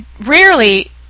rarely